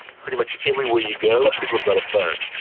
pretty much everywhere you go people have got a phone.